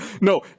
no